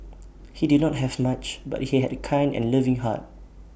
he did not have much but he had A kind and loving heart